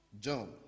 John